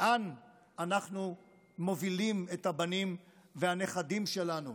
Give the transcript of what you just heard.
לאן אנחנו מובילים את הבנים והנכדים שלנו?